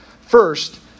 First